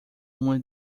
uma